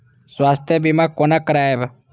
स्वास्थ्य सीमा कोना करायब?